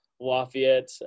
Lafayette